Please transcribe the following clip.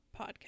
Podcast